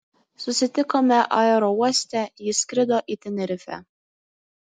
susitikome aerouoste ji skrido į tenerifę